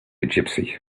gypsy